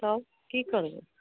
तब की करबै